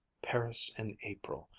paris in april!